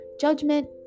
judgment